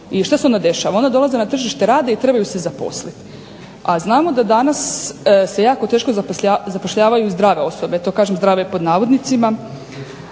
i što se onda dešava. Onda dolaze na tržište rada i trebaju se zaposliti, a znamo da danas se jako teško zapošljavaju i zdrave osobe, to kažem zdrave pod navodnicima,